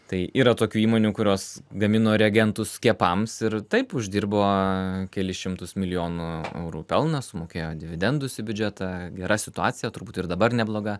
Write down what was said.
tai yra tokių įmonių kurios gamino reagentų skiepams ir taip uždirbo kelis šimtus milijonų eurų pelną sumokėjo dividendus į biudžetą gera situacija turbūt ir dabar nebloga